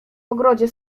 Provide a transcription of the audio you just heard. ogrodzie